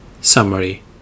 Summary